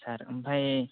सार ओमफाय